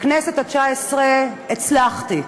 בכנסת התשע-עשרה הצלחתי,